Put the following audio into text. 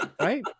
right